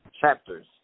chapters